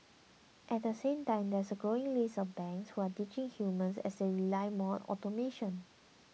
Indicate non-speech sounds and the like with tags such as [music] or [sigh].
at the same time there's a growing list of banks [noise] who are ditching humans as they rely more on automation